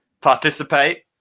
participate